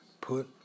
put